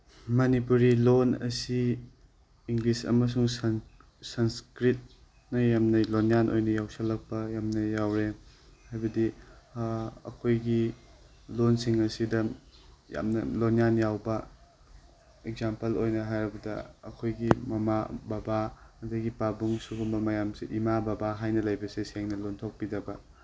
ꯃꯅꯤꯄꯨꯔꯤ ꯂꯣꯟ ꯑꯁꯤ ꯏꯪꯂꯤꯁ ꯑꯃꯁꯨꯡ ꯁꯪꯁꯀ꯭ꯔꯤꯠꯅ ꯌꯥꯝꯅ ꯂꯣꯟꯌꯥꯟ ꯑꯣꯏꯅ ꯌꯥꯎꯁꯤꯜꯂꯛꯄ ꯌꯥꯝꯅ ꯌꯥꯎꯔꯦ ꯍꯥꯏꯕꯗꯤ ꯑꯩꯈꯣꯏꯒꯤ ꯂꯣꯟꯁꯤꯡ ꯑꯁꯤꯗ ꯌꯥꯝꯅ ꯂꯣꯟꯌꯥꯟ ꯌꯥꯎꯕ ꯑꯦꯛꯖꯥꯝꯄꯜ ꯑꯣꯏꯅ ꯍꯥꯏꯔꯕꯗ ꯑꯩꯈꯣꯏꯒꯤ ꯃꯃꯥ ꯕꯕꯥ ꯑꯗꯨꯗꯒꯤ ꯄꯥꯕꯨꯡ ꯁꯤꯒꯨꯝꯕ ꯃꯌꯥꯝꯁꯤ ꯏꯃꯥ ꯕꯕꯥ ꯍꯥꯏꯅ ꯂꯩꯕꯁꯦ ꯁꯦꯡꯅ ꯂꯣꯟꯊꯣꯛꯄꯤꯗꯕ